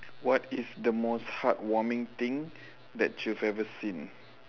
what is the most heart-warming thing that you've ever seen